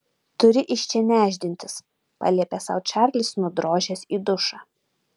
turi iš čia nešdintis paliepė sau čarlis nudrožęs į dušą